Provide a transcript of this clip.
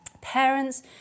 Parents